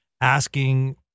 asking